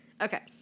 Okay